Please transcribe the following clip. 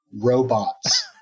Robots